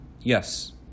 yes